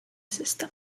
system